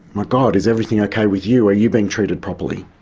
my god, is everything okay with you? are you being treated properly?